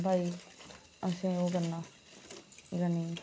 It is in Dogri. असें ओह् करना